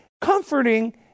comforting